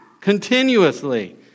continuously